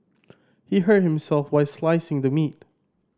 he hurt himself while slicing the meat